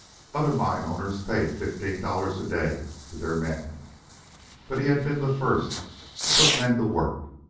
other mine-owners paid fifteen dollars a day to their men but he had been the first to put men to work,